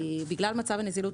בגלל מצב הנזילות,